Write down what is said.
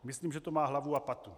Myslím, že to má hlavu a patu.